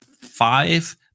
five